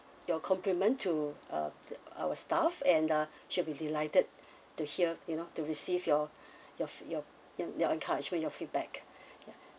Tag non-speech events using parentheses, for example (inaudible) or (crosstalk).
you compliment to uh our stuff and uh she'll be delighted to hear you know to receive your your your your your encouragement your feedback (breath) ya